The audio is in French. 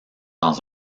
dans